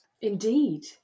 indeed